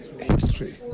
history